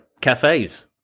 Cafes